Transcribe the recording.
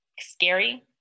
scary